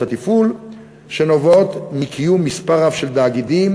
התפעול שנובעות מקיום מספר רב של תאגידים,